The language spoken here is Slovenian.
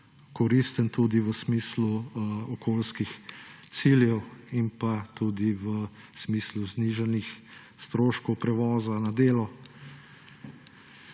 koristen tudi v smislu okoljskih ciljev in v smislu znižanih stroškov prevoza na delo.